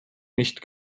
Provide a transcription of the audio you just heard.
nicht